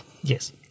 Yes